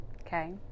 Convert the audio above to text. Okay